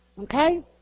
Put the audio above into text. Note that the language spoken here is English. Okay